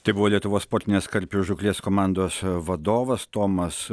tai buvo lietuvos sportinės karpių žūklės komandos vadovas tomas